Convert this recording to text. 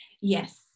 Yes